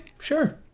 sure